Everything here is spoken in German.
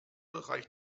reicht